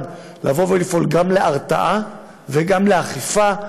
לפעול גם להרתעה וגם לאכיפה,